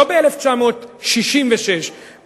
לא ב-1966,